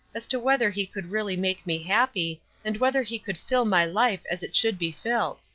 as to whether he could really make me happy and whether he could fill my life as it should be filled.